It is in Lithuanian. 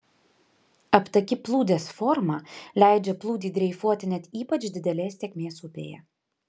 aptaki plūdės forma leidžia plūdei dreifuoti net ypač didelės tėkmės upėje